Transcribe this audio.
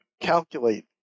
calculate